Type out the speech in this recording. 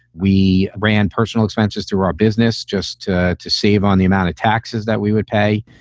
we ran personal expenses through our business just to to save on the amount of taxes that we would pay.